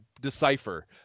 decipher